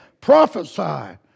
Prophesy